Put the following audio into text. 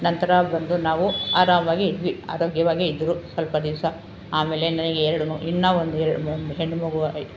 ನಂತರ ಬಂದು ನಾವು ಆರಾಮವಾಗೇ ಇದ್ವಿ ಆರೋಗ್ಯವಾಗೇ ಇದ್ದರು ಸ್ವಲ್ಪ ದಿವಸ ಆಮೇಲೆ ನನಗೆ ಎರಡು ಇನ್ನೂ ಒಂದು ಎರಡು ಒಂದು ಹೆಣ್ಣುಮಗು ಆಯ್ತು